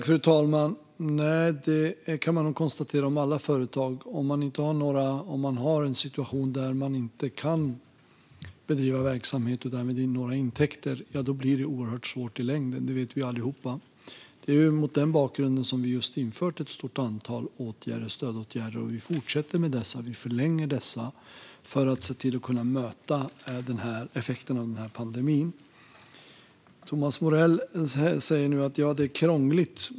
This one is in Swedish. Fru talman! Så är det nog för alla företag: Om man har en situation där man inte kan bedriva verksamhet och därmed inte har några intäkter blir det oerhört svårt i längden. Det vet vi alla. Det är just mot den bakgrunden som vi har infört ett stort antal stödåtgärder, och vi fortsätter med dem och förlänger dem för att kunna möta effekterna av pandemin. Thomas Morell säger nu att det är krångligt.